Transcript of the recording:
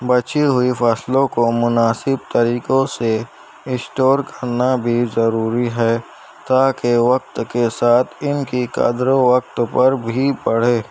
بچی ہوئی فصلوں کو مناسب طریقوں سے اسٹور کرنا بھی ضروری ہے تاکہ وقت کے ساتھ ان کی قدر و وقت پر بھی پڑھے